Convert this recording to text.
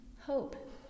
hope